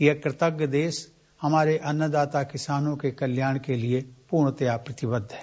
यह कृतज्ञ देश हमारे अन्नदाता किसानों के कल्याण के लिये पूर्णतया प्रतिबद्ध है